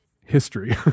history